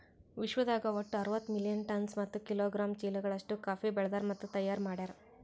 ವಿಶ್ವದಾಗ್ ಒಟ್ಟು ಅರವತ್ತು ಮಿಲಿಯನ್ ಟನ್ಸ್ ಮತ್ತ ಕಿಲೋಗ್ರಾಮ್ ಚೀಲಗಳು ಅಷ್ಟು ಕಾಫಿ ಬೆಳದಾರ್ ಮತ್ತ ತೈಯಾರ್ ಮಾಡ್ಯಾರ